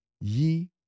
ye